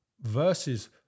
Versus